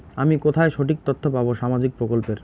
আমি কোথায় সঠিক তথ্য পাবো সামাজিক প্রকল্পের?